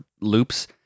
loops